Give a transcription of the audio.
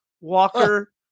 walker